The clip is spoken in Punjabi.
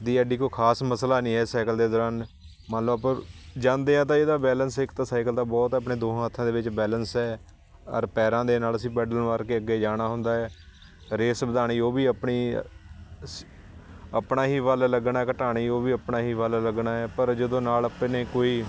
ਦੀ ਐਡੀ ਕੋਈ ਖ਼ਾਸ ਮਸਲਾ ਨਹੀਂ ਐ ਸਾਈਕਲ ਦੇ ਦੌਰਾਨ ਮੰਨ ਲਓ ਆਪਾਂ ਜਾਂਦੇ ਹਾਂ ਤਾਂ ਇਹਦਾ ਬੈਲੈਂਸ ਇੱਕ ਤਾਂ ਸਾਈਕਲ ਦਾ ਬਹੁਤ ਆਪਣੇ ਦੋਹਾਂ ਹੱਥਾਂ ਦੇ ਵਿੱਚ ਬੈਲੈਂਸ ਹੈ ਔਰ ਪੈਰਾਂ ਦੇ ਨਾਲ ਅਸੀਂ ਪੈਡਲ ਮਾਰ ਕੇ ਅੱਗੇ ਜਾਣਾ ਹੁੰਦਾ ਹੈ ਰੇਸ ਵਧਾਉਣੀ ਉਹ ਵੀ ਆਪਣੀ ਸ ਆਪਣਾ ਹੀ ਬਲ ਲੱਗਣਾ ਘਟਾਉਣੀ ਉਹ ਵੀ ਆਪਣਾ ਹੀ ਬਲ ਲੱਗਣਾ ਹੈ ਪਰ ਜਦੋਂ ਨਾਲ ਆਪਣੇ ਕੋਈ